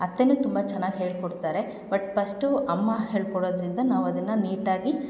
ಅತ್ತೆಯೂ ತುಂಬ ಚೆನ್ನಾಗಿ ಹೇಳಿಕೊಡ್ತಾರೆ ಬಟ್ ಪಸ್ಟು ಅಮ್ಮ ಹೇಳಿಕೊಡೋದ್ರಿಂದ ನಾವು ಅದನ್ನು ನೀಟಾಗಿ